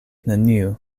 neniu